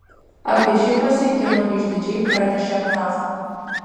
apie šį pasiekimą išdidžiai pranešė pravda